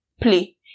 play